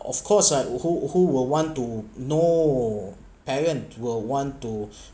of course I would who who will want to know parent will want to